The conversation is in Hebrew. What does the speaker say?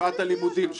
שעת הלימודים שלו,